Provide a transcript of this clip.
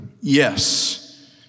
Yes